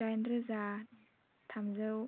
दाइन रोजा थामजौ